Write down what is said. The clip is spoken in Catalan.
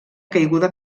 caiguda